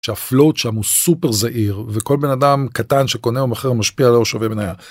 שהפלוט שם הוא סופר זעיר וכל בן אדם קטן שקונה או מוכר משפיע על שווי המניה.